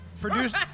Produced